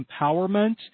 empowerment